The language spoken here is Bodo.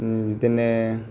बिदिनो